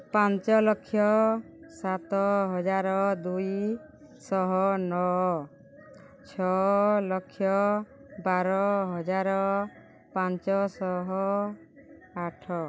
ପାଞ୍ଚ ଲକ୍ଷ ସାତ ହଜାର ଦୁଇଶହ ନଅ ଛଅ ଲକ୍ଷ ବାର ହଜାର ପାଞ୍ଚଶହ ଆଠ